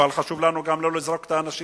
אבל גם חשוב לנו לא לזרוק את האנשים